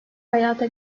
hayata